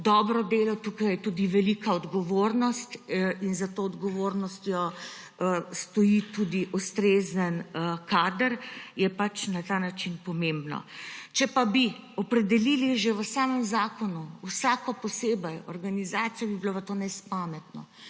dobro delo, tukaj je tudi velika odgovornost in za to odgovornostjo stoji tudi ustrezen kader, je pač na ta način pomembno. Če pa bi opredelili že v samem zakonu vsako organizacijo posebej, bi bilo pa to nespametno,